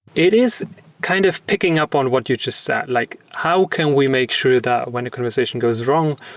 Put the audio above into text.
it is kind of picking up on what you just said. like how can we make sure that when a conversation goes wrong,